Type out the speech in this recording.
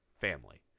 family